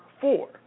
four